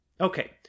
Okay